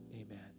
Amen